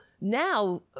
now